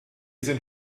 sind